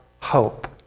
hope